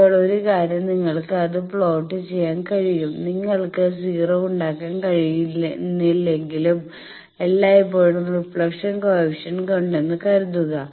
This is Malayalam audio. ഇപ്പോൾ 1 കാര്യം നിങ്ങൾക്ക് അത് പ്ലോട്ട് ചെയ്യാൻ കഴിയും നിങ്ങൾക്ക് 0 ഉണ്ടാക്കാൻ കഴിയുന്നില്ലെങ്കിലും എല്ലായ്പ്പോഴും റിഫ്ലക്ഷൻ കോയെഫിഷ്യന്റ് ഉണ്ടെന്ന് കരുതുക